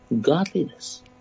godliness